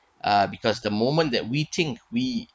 uh because the moment that we think we